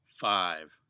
five